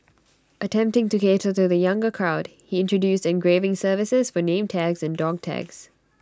attempting to cater to the younger crowd he introduced engraving services for name tags and dog tags